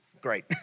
Great